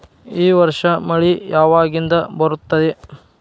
ಈ ವರ್ಷ ಮಳಿ ಯಾವಾಗಿನಿಂದ ಬರುತ್ತದೆ?